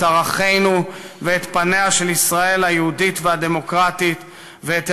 את ערכינו ואת פניה של ישראל היהודית והדמוקרטית ואת